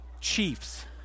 chiefs